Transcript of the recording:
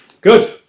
Good